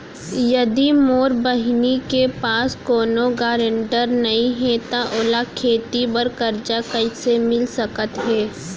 यदि मोर बहिनी के पास कोनो गरेंटेटर नई हे त ओला खेती बर कर्जा कईसे मिल सकत हे?